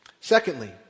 Secondly